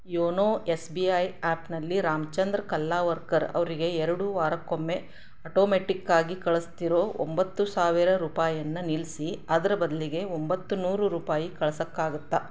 YONO S B I ಆ್ಯಪ್ನಲ್ಲಿ ರಾಮಚಂದ್ರ್ ಕಲ್ಲಾವರ್ಕರ್ ಅವರಿಗೆ ಎರಡು ವಾರಕ್ಕೊಮ್ಮೆ ಅಟೊಮೆಟಿಕ್ಕಾಗಿ ಕಳಿಸ್ತಿರೋ ಒಂಬತ್ತು ಸಾವಿರ ರೂಪಾಯಿಯನ್ನ ನಿಲ್ಲಿಸಿ ಅದರ ಬದಲಿಗೆ ಒಂಬತ್ತು ನೂರು ರೂಪಾಯಿ ಕಳ್ಸೋಕ್ಕಾಗುತ್ತಾ